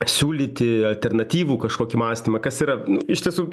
siūlyti alternatyvų kažkokį mąstymą kas yra iš tiesų